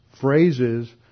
phrases